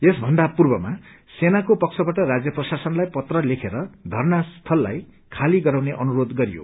यस भन्द पूर्वमा सेनाको पक्षबाअ राज्य प्रशासनलाई पत्र लेखेर धर्ना स्थललाई खाली गराउने गनुरोध गरियो